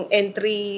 entry